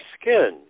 skin